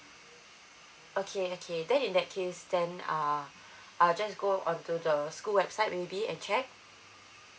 okay okay then in that case then uh I'll just go on to the school website maybe and check